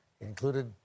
included